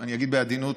ואני אגיד בעדינות,